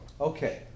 Okay